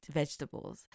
vegetables